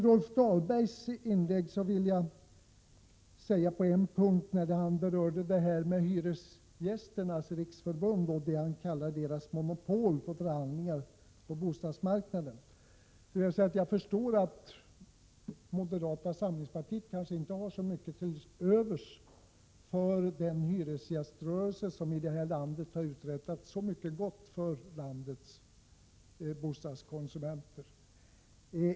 Rolf Dahlberg berörde det han kallade Hyresgästernas riksförbunds monopol på förhandlingar på bostadsmarknaden. Jag förstår att moderata samlingspartiet inte har så mycket till övers för den hyresgäströrelse som har uträttat så mycket gott för landets bostadskonsumenter.